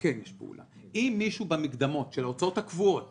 כן יש פעולה: אם מישהו במקדמות של ההוצאות הקבועות